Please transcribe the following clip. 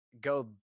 go